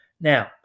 Now